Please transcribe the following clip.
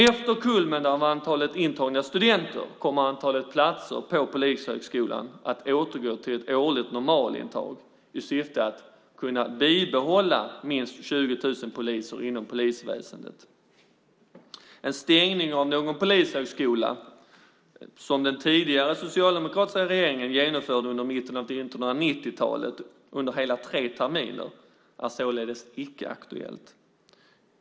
Efter kulmen på antalet intagna studenter kommer antalet platser på polishögskolan att återgå till ett årligt normalintag i syfte att kunna bibehålla minst 20 000 poliser inom polisväsendet. En stängning av någon polishögskola, som den tidigare socialdemokratiska regeringen genomförde i mitten av 1990-talet under hela tre terminer, är således icke aktuellt.